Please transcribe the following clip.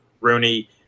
Rooney